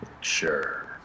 Sure